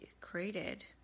created